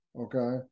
okay